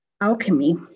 Alchemy